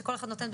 שכל אחד נותן,